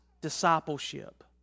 discipleship